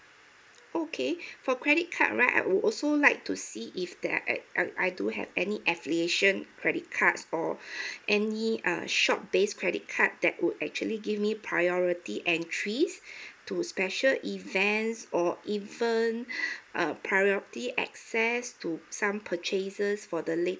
okay for credit card right I would also like to see if that I I I do have any affiliation credit cards for any err short base credit card that would actually give me priority entry to special events or even err priority access to some purchases for the latest